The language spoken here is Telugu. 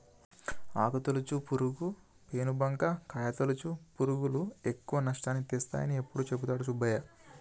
ఆకు తొలుచు పురుగు, పేను బంక, కాయ తొలుచు పురుగులు ఎక్కువ నష్టాన్ని తెస్తాయని ఎప్పుడు చెపుతాడు సుబ్బయ్య